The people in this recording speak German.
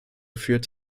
geführt